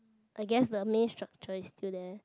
I guess the main structure is still there